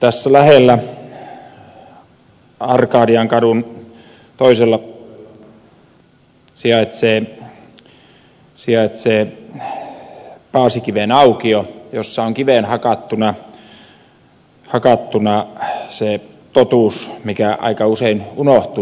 tässä lähellä arkadiankadun toisella puolella sijaitsee paasikiven aukio jossa on kiveen hakattuna se totuus joka aika usein unohtuu